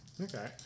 Okay